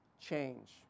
change